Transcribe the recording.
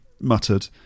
muttered